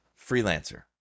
freelancer